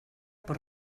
por